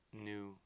new